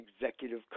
executive